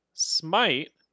smite